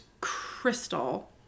Crystal